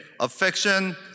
Affection